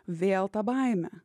vėl ta baimė